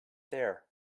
there